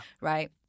Right